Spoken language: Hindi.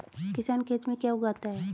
किसान खेत में क्या क्या उगाता है?